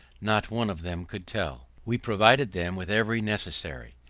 not one of them could tell. we provided them with every necessary,